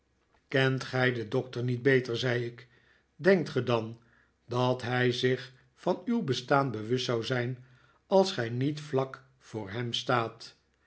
kent gij den doctor niet beter zei ik denkt ge dan dat hij zich van uw bestaan bewust zou zijn als gij niet vlak voor hem staat